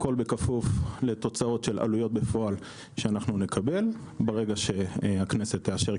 הכול בכפוף לתוצאות של עלויות בפועל שאנחנו נקבל ברגע שהכנסת תאשר,